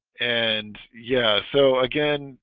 and yeah, so again